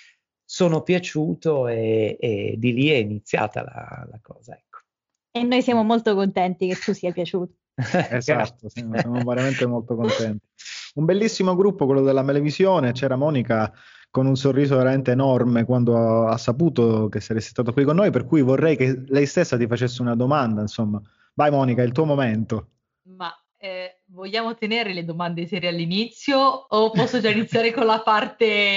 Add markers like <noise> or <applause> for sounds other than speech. Sono piaciuto e- e di lì è iniziata la- la cosa, ecco. E noi siamo molto contenti che tu sia piaciuto. <laughs> Esatto, sì, ne siamo veramente molto contenti. Un bellissimo gruppo, quello della Melevisione. C'era Monica con un sorriso veramente enorme quando ha- ha saputo che saresti stato qui con noi, per cui vorrei che lei stessa ti facesse una domanda, insomma. Vai, Monica, è il tuo momento. Ma, eh, vogliamo tenere le domande serie all'inizio o <laughs> posso già iniziare con la parte-